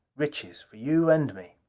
riches for you and me.